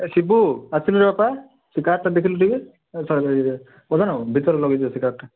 ଏ ଶିବୁ ଆସିଲୁ ରେ ବାପା ସେ କାର୍ଟା ଦେଖିଲୁ ଟିକିଏ ଏ ସ ପ୍ରଧାନବାବୁ ଭିତରେ ଲଗେଇ ଦିଅ ସେ କାର୍ଟା